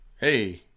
hey